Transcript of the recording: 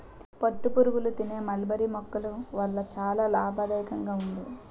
పట్టుపురుగులు తినే మల్బరీ మొక్కల వల్ల చాలా లాభదాయకంగా ఉంది